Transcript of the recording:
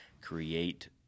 create